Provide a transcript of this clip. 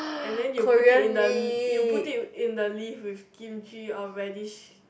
and then you put it in the you put it in the leaf with Kimchi or radish